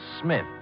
Smith